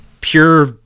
pure